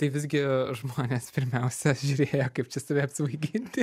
tai visgi žmonės pirmiausia žiūrėjo kaip čia save apsvaiginti